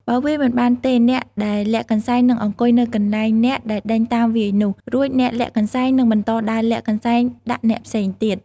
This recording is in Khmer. បើវាយមិនបានទេ អ្នកដែលលាក់កន្សែងនឹងអង្គុយនៅកន្លែងអ្នកដែលដេញតាមវាយនោះ រួចអ្នកលាក់កន្សែងនឹងបន្តដើរលាក់កន្សែងដាក់អ្នកផ្សេងទៀត។